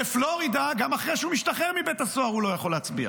בפלורידה גם אחרי שהוא משתחרר מבית הסוהר הוא לא יכול להצביע,